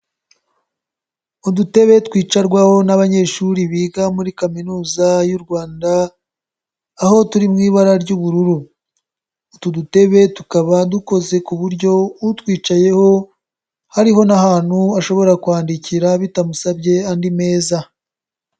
Udutebe twicarwaho n'abanyeshuri biga muri kaminuza y'u Rwanda, aho turi mu ibara ry'ubururu, utu dutebe tukaba dukoze ku buryo utwicayeho hariho n'ahantu ashobora kwandikira bitamusabye andi meza.